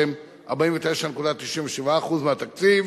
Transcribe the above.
שהם 49.97% מהתקציב,